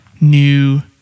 new